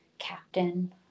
Captain